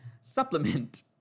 Supplement